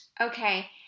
Okay